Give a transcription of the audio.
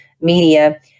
media